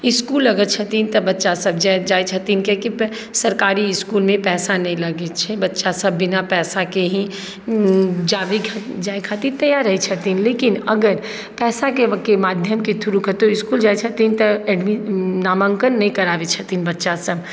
इसकुल अगर छथिन तऽ बच्चासब जाइ जाइ छथिन कियाकि सरकारी इसकुलमे पइसा नहि लगै छै बच्चासब बिना पइसाके ही जावै खातिर जाइ खातिर तैयार रहै छथिन लेकिन अगर पइसाके माध्यमके थ्रू कतहु इसकुल जाइ छथिन तऽ एडमि नामाङ्कन नहि कराबै छथिन बच्चासब